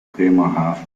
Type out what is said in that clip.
bremerhaven